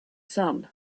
sun